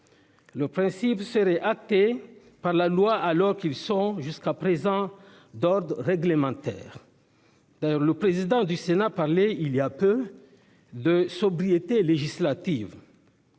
Ces principes seraient actés dans la loi, alors qu'ils sont, jusqu'à présent, d'ordre réglementaire. Le président du Sénat parlait il y a peu de « sobriété législative